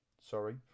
Sorry